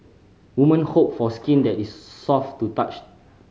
women hope for skin that is soft to touch